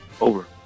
Over